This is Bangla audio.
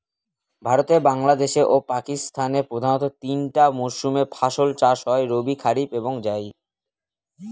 ভারতে বাংলাদেশে ও পাকিস্তানে প্রধানত তিনটা মরসুমে ফাসল চাষ হয় রবি কারিফ এবং জাইদ